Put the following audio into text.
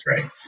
right